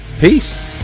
peace